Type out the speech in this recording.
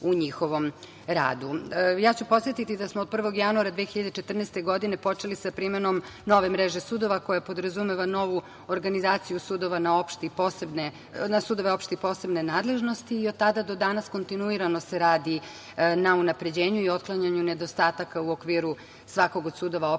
radu. Podsetiću da smo od 1. januara 2014. godine počeli sa primenom nove mreže sudova koja podrazumeva novu organizaciju sudova na sudove opšte i posebne nadležnosti i od tada do danas kontinuirano se radi na unapređenju i otklanjanju nedostataka u okviru svakog od sudova opšte, odnosno posebne nadležnosti. Danas